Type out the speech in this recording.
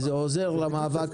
וזה עוזר למאבק.